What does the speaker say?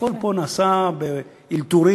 הכול פה נעשה באלתורים.